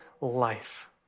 life